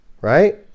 Right